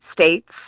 states